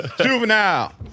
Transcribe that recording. Juvenile